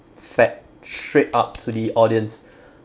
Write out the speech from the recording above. fact straight up to the audience